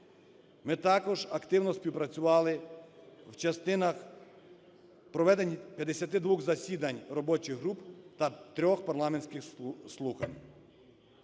Ми також активно співпрацювали в частинах проведення 52 засідань робочих груп та трьох парламентських слухань.